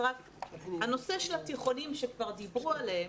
הנושא של התיכונים שכבר דיברו עליהם,